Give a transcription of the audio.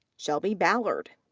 shelby ballard,